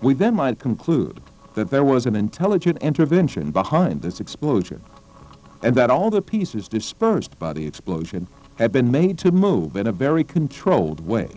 we then might conclude that there was an intelligent intervention behind this explosion and that all the pieces dispersed by the explosion had been made to move in a barry controlled way